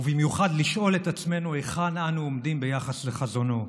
ובמיוחד לשאול עצמנו היכן אנו עומדים ביחס לחזונו.